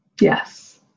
Yes